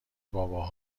بابا